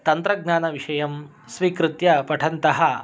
तन्त्रज्ञानविषयं स्वीकृत्य पठन्तः